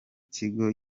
kigo